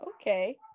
Okay